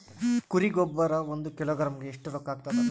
ಕುರಿ ಗೊಬ್ಬರ ಒಂದು ಕಿಲೋಗ್ರಾಂ ಗ ಎಷ್ಟ ರೂಕ್ಕಾಗ್ತದ?